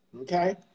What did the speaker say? okay